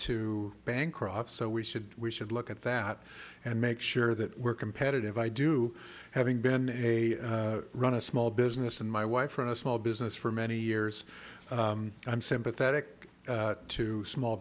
to bancroft so we should we should look at that and make sure that we're competitive i do having been a run a small business and my wife ran a small business for many years i'm sympathetic to small